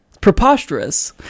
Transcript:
preposterous